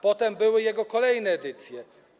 Potem były jego kolejne edycje.